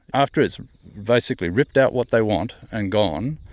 after it's basically ripped out what they want and gone,